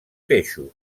peixos